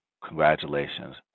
congratulations